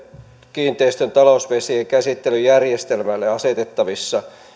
kiinteistön talousvesien käsittelyjärjestelmälle asetettavissa